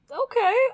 Okay